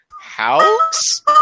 House